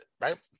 right